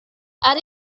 and